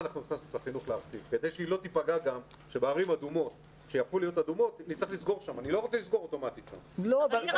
יודעים מראש שאחוז התחלואה הוא יחסית אפסי ותן להן אישור.